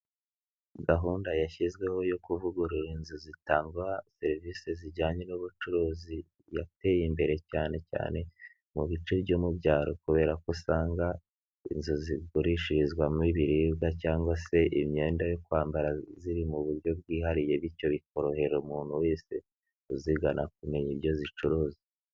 Gahunda yashyizweho yo kuvugurura inzu zitanga serivisi zijyanye n'ubucuruzi yateye imbere cyane cyane mu bice byo mu byaro kubera ko usanga inzu zigurishirizwamo ibiribwa cyangwa se imyenda yo kwambara ziri mu buryo bwihariye bityo bikorohera umuntu wese uzigana kumenya ibyo zicuruza.